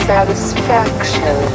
Satisfaction